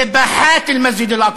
זה "באחאת אל-מסג'ד אל-אקצא".